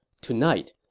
Tonight